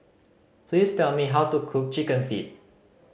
please tell me how to cook Chicken Feet